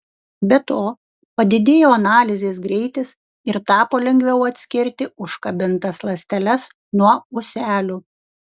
be to padidėjo analizės greitis ir tapo lengviau atskirti užkabintas ląsteles nuo ūselių